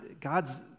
God's